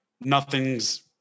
nothing's